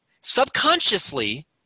subconsciously